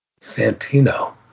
Santino